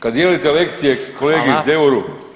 Kad dijelite lekcije kolegi Deuru